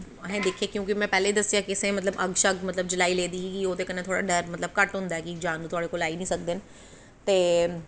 असें दिक्खे कि पैह्लें में दस्सेआ कि अग्ग शग्ग मतलब जलाई लेदी ही मतलब ओह्दे कन्नै थोह्ड़ा डर घट्ट होंदा कि जानबर तुआढ़े कोल आई निं सकदे न ते